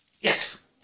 Yes